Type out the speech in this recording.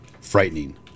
frightening